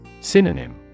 Synonym